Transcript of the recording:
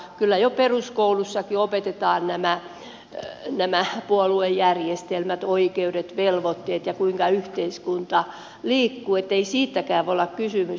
kyllä jo peruskoulussakin opetetaan nämä puoluejärjestelmät oikeudet velvoitteet ja se kuinka yhteiskunta liikkuu niin ettei siitäkään voi olla kysymys